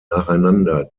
nacheinander